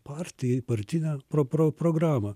partijai partinę pro pro programą